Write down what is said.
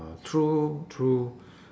uh true true